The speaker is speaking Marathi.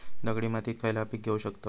दगडी मातीत खयला पीक घेव शकताव?